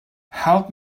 help